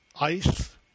ice